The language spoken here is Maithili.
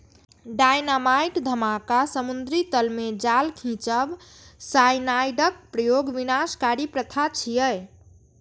डायनामाइट धमाका, समुद्री तल मे जाल खींचब, साइनाइडक प्रयोग विनाशकारी प्रथा छियै